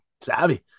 savvy